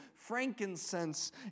frankincense